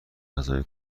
غذای